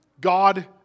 God